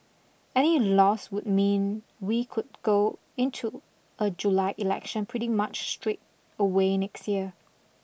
any loss would mean we could go into a July election pretty much straight away next year